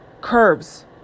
curves